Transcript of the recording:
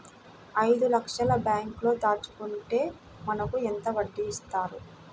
ఐదు లక్షల బ్యాంక్లో దాచుకుంటే మనకు ఎంత వడ్డీ ఇస్తారు?